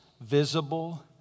visible